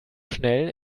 schnell